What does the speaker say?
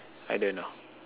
I don't know